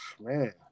man